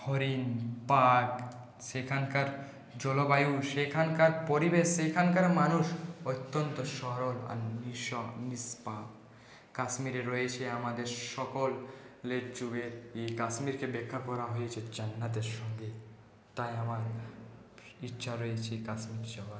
হরিণ বাঘ সেখানকার জলবায়ু সেখানকার পরিবেশ সেখানকার মানুষ অত্যন্ত সরল আর নিষ্পাপ কাশ্মীরে রয়েছে আমাদের সক লের যুগের এই কাশ্মীরকে ব্যাখ্যা করা হয়েছে জান্নাতের সঙ্গে তাই আমার ইচ্ছা রয়েছে কাশ্মীর যাওয়ার